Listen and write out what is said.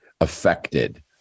affected